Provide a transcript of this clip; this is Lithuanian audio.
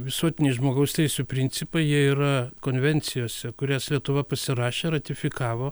visuotiniai žmogaus teisių principai jie yra konvencijose kurias lietuva pasirašė ratifikavo